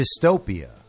dystopia